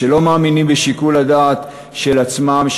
שלא מאמינים בשיקול הדעת של עצמם,